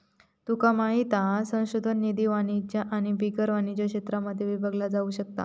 तुमका माहित हा संशोधन निधी वाणिज्य आणि बिगर वाणिज्य क्षेत्रांमध्ये विभागलो जाउ शकता